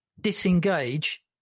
disengage